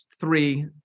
three